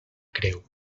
creu